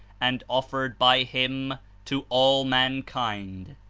and offered by him to all mankind.